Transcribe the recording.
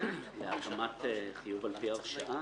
להרשמת חיוב על פי הרשאה.